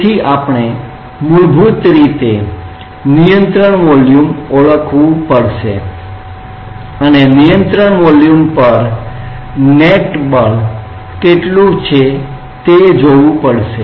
તેથી આપણે મૂળભૂત રીતે નિયંત્રણ volume control volume control volume ઓળખવું પડશે અને નિયંત્રણ વોલ્યુમ પર નેટ બળ કેટલુ છે તે જોવું પડશે